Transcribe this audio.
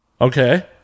Okay